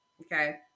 Okay